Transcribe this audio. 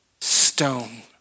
stone